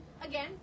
again